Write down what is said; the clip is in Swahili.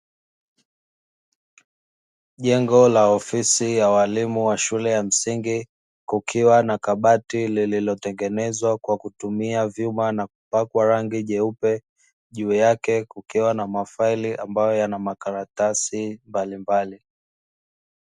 Jengo la ofisi ya walimu ya shule ya msingi, kukiwa na kabati lililotengenezwa kwa kutumia vyuma na kupakwa rangi nyeupe, juu yake kukiwa na mafaili ambayo yana makaratasi mbalimbali.